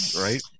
Right